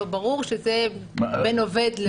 וברור שזה בין עובד למעסיק.